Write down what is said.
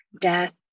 death